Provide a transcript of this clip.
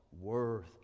worth